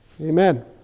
Amen